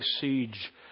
siege